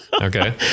Okay